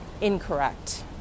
incorrect